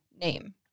name